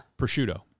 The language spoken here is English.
Prosciutto